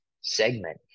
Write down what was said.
segment